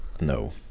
No